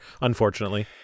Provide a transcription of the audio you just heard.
unfortunately